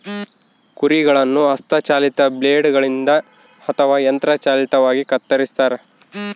ಕುರಿಗಳನ್ನು ಹಸ್ತ ಚಾಲಿತ ಬ್ಲೇಡ್ ಗಳಿಂದ ಅಥವಾ ಯಂತ್ರ ಚಾಲಿತವಾಗಿ ಕತ್ತರಿಸ್ತಾರ